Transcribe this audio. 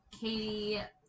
Katie